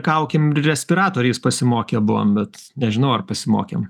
kaukėm ir respiratoriais pasimokę buvom bet nežinau ar pasimokėm